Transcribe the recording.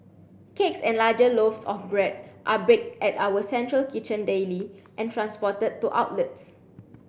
cakes and larger loaves of bread are baked at our central kitchen daily and transported to outlets